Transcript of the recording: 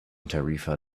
tarifa